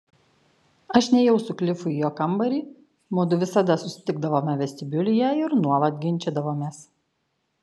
aš nėjau su klifu į jo kambarį mudu visada susitikdavome vestibiulyje ir nuolat ginčydavomės